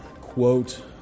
quote